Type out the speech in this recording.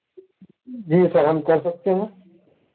جی sir ہم کر سکتے ہیں